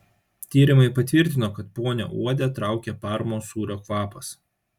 tyrimai patvirtino kad ponią uodę traukia parmos sūrio kvapas